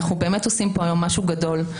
אנחנו באמת עושים פה היום משהו גדול.